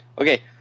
Okay